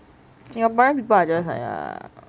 singaporean people are just like